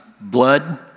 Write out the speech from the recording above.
blood